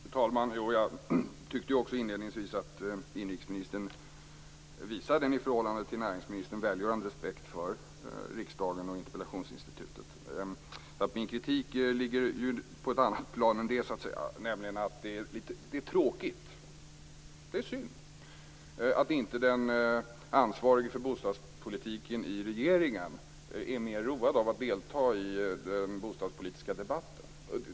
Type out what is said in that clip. Fru talman! Jag tycker också att inrikesministern inledningsvis visade en i förhållande till näringsministern välgörande respekt för riksdagen och interpellationsinstitutet. Men min kritik ligger på ett annat plan. Det är tråkigt och synd att inte den ansvarige för bostadspolitiken i regeringen är mer road av att delta i den bostadspolitiska debatten.